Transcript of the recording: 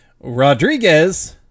Rodriguez